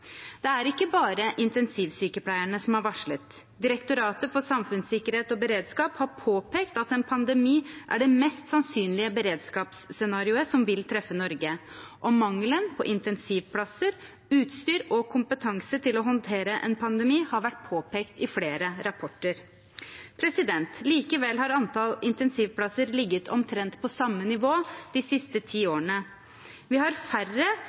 Det er ikke bare intensivsykepleierne som har varslet. Direktoratet for samfunnssikkerhet og beredskap har påpekt at en pandemi er det mest sannsynlige beredskapsscenarioet som vil treffe Norge, og mangelen på intensivplasser, utstyr og kompetanse til å håndtere en pandemi har vært påpekt i flere rapporter. Likevel har antall intensivplasser ligget omtrent på samme nivå de siste ti årene. Vi har færre